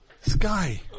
Sky